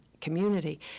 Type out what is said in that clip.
community